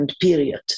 period